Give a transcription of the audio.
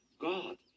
God